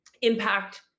impact